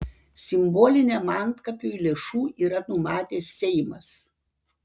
simboliniam antkapiui lėšų yra numatęs seimas